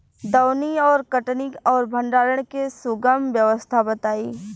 दौनी और कटनी और भंडारण के सुगम व्यवस्था बताई?